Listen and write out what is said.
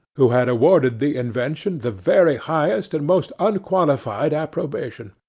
who had awarded the invention the very highest and most unqualified approbation.